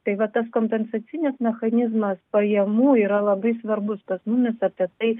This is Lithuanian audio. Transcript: tai va tas kompensacinis mechanizmas pajamų yra labai svarbus tas nu nes apie tai